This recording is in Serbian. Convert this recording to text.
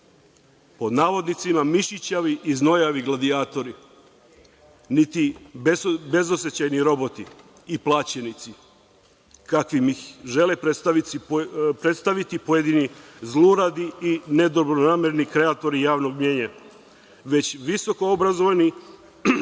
pod navodnicima, mišićavi i znojavi gladijatori, niti bezosećajni roboti i plaćenici kakvim ih žele predstaviti pojedini zluradi i nedobronamerni kreatori javnog mnjenja, već visoko obrazovani,